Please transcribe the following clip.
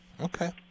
Okay